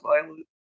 violent